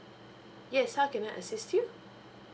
yes how can I assist you